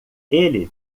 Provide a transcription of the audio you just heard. ele